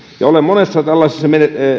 olen